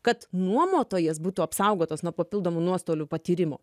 kad nuomotojas būtų apsaugotas nuo papildomų nuostolių patyrimo